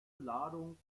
ladung